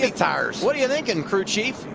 it. what are you thinking crew chief?